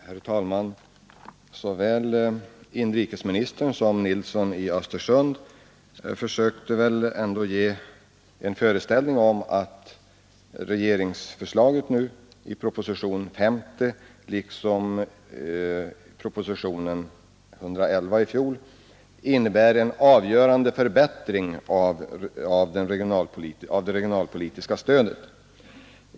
Herr talman! Såväl inrikesministern som herr Nilsson i Östersund försökte inge den föreställningen att regeringsförslaget i propositionen 50 liksom i propositionen 111 i fjol innebär en avgörande förbättring av det regionalpolitiska stödet.